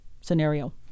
scenario